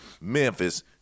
Memphis